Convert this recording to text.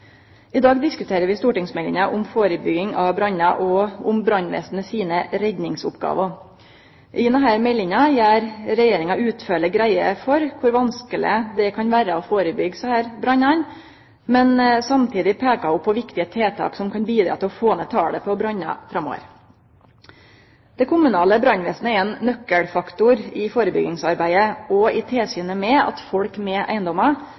I dag diskuterer vi stortingsmeldinga om førebygging av brannar og om brannvesenet sine redningsoppgåver. I denne meldinga gjer Regjeringa utførleg greie for kor vanskeleg det kan vere å førebyggje desse brannane. Samtidig peiker ho på viktige tiltak som kan bidra til å få ned talet på brannar framover. Det kommunale brannvesenet er ein nøkkelfaktor i førebyggingsarbeidet og skal ha tilsyn med at folk